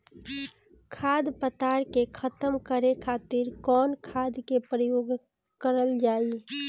खर पतवार के खतम करे खातिर कवन खाद के उपयोग करल जाई?